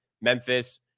Memphis